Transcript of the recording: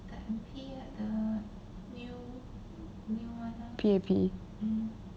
P_A_P